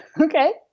Okay